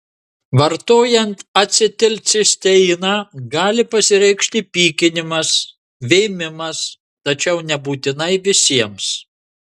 vartojant acetilcisteiną gali pasireikšti pykinimas vėmimas tačiau nebūtinai visiems